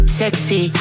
sexy